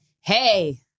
hey